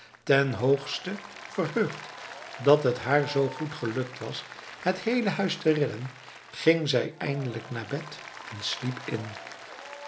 ten hoogste verheugd dat het haar zoo goed gelukt was het heele huis te redden ging zij eindelijk naar bed en sliep in